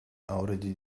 already